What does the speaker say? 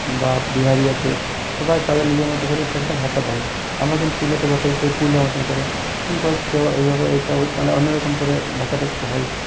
বা বিহারি আছে সবাই তাদের নিজের মতো করে এক একটা ভাষা বলে আমরা যেমন পুরুলিয়াতে বস পুরুলিয়ার মতন করে কী কোচ্চো এইভাবে একটা অন্যরকম করে ভাষাটা হয়